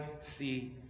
see